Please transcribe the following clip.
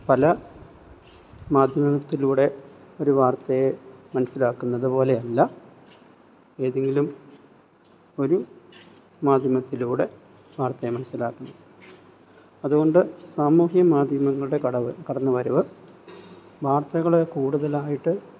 പല മാധ്യമത്തിലൂടെ ഒരു വാർത്തയെ മനസ്സിലാക്കുന്നത് പോലെയല്ല ഏതെങ്കിലും ഒരു മാധ്യമത്തിലൂടെ വാർത്തയെ മനസ്സിലാക്കുന്നത് അതുകൊണ്ട് സാമൂഹ്യ മാധ്യമങ്ങളുടെ കടവ് കടന്നുവരവ് വാർത്തകളെ കൂടുതലായിട്ട്